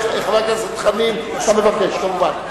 חבר הכנסת חנין, אתה מבקש, כמובן.